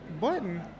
button